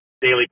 daily